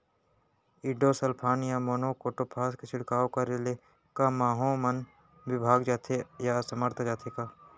Endosulfan या monocrotophos के छिड़काव करे ले क माहो मन का विभाग जाथे या असमर्थ जाथे का?